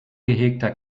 gehegter